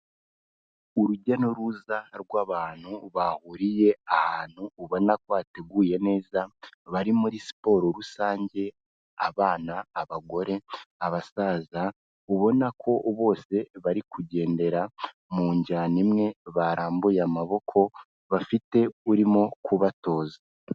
Urujya n'uruza rw'abantu bahuriye ahantu ubona ko hateguye neza bari muri siporo rusange, abana, abagore, abasaza, ubona ko bose bari kugendera mu njyana imwe barambuye amaboko, bafite urimo kubatoza.